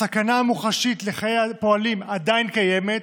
הסכנה המוחשית לחיי הפועלים עדיין קיימת,